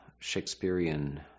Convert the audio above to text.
Shakespearean